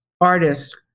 artist